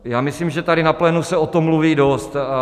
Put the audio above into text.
Já myslím, že tady na plénu se o tom mluví dost.